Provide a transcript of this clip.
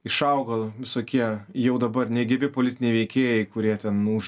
išaugo visokie jau dabar negyvi politiniai veikėjai kurie ten už